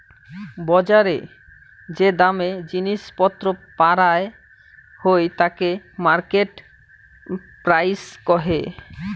বজারে যে দামে জিনিস পত্র পারায় হই তাকে মার্কেট প্রাইস কহে